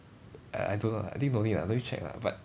I I don't know I think no need ah no need check lah but